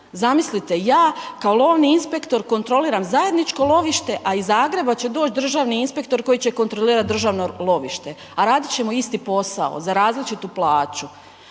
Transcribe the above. Zamislite ja kao lovni inspektor kontroliram zajedničko lovište a iz Zagreba će doći državni inspektor koji će kontrolirati državno lovište a radi ćemo isti posao za različitu plaću.